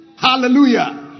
Hallelujah